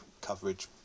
coverage